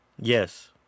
Yes